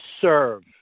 serve